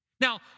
Now